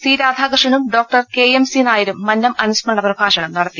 C രാധാകൃഷ്ണനും ഡോ K M C നായരും മന്നം അനുസ്മരണ പ്രഭാഷണം നടത്തി